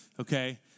Okay